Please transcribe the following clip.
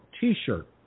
t-shirt